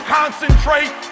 concentrate